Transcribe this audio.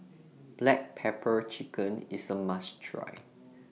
Black Pepper Chicken IS A must Try